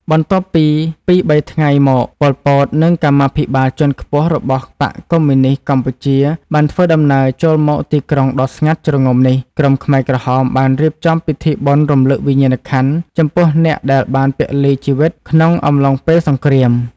បន្ទាប់ពី ២ ៣ ថ្ងៃមក ប៉ុល ពត និងកម្មាភិបាលជាន់ខ្ពស់របស់បក្សកុម្មុយនីស្តកម្ពុជាបានធ្វើដំណើរចូលមកទីក្រុងដ៏ស្ងាត់ជ្រងំនេះ ក្រុមខ្មែរក្រហមបានរៀបចំពិធីបុណ្យរំឭកវិញ្ញាណក្ខន្ធចំពោះអ្នកដែលបានពលីជីវិតក្នុងអំឡុងពេលសង្គ្រាម។